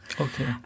Okay